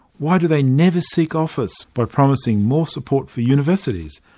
why do they never seek office by promising more support for universities,